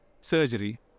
surgery